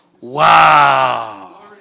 Wow